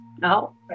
No